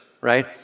right